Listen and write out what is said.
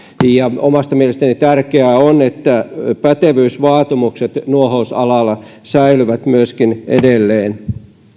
omasta mielestäni tärkeää on että pätevyysvaatimukset nuohousalalla säilyvät myöskin edelleen